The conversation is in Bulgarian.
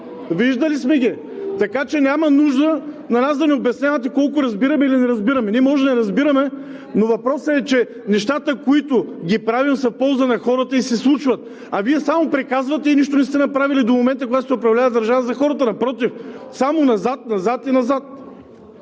България“.) Така че няма нужда на нас да ни обяснявате колко разбираме или не разбираме. Ние може да разбираме, но въпросът е, че нещата, които правим, са в полза на хората и се случват. А Вие само приказвате и нищо не сте направили за хората до момента, когато сте управлявали държавата. Напротив, само назад, назад и назад!